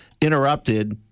interrupted